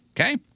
Okay